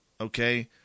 okay